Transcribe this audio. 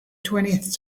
twentieth